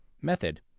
Method